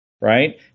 Right